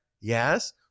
Yes